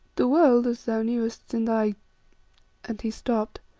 the world, as thou knewest in thy and he stopped.